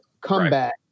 comeback